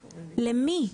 למי?